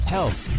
Health